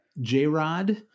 J-Rod